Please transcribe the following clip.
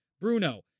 Bruno